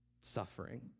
suffering